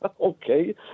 Okay